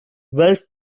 ralph